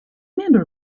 remember